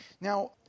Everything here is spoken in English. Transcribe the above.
Now